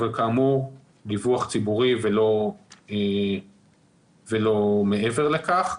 אבל כאמור דיווח ציבורי ולא מעבר לכך.